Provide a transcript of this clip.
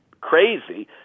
crazy